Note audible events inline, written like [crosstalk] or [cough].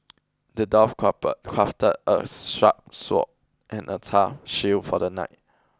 the dwarf **crafted a [unintelligible] sharp sword and a tough shield for the knight